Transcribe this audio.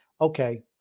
Okay